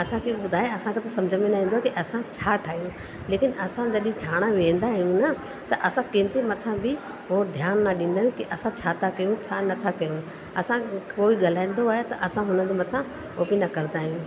असांखे त ॿुधाए असांखे त समुझ में न ईंदो आहे कि असां छा ठाहियूं लेकिन असां जॾहिं ठाहिणु विहंदा आहियूं न त असां कंहिंजे मथां बि हू ध्यानु न ॾींदा आहियूं कि असां छा था कयूं छा नथा कयूं असां कोई ॻाल्हाईंदो आहे असां हुन जे मथां हू बि न करंदा आहियूं